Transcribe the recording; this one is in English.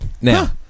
Now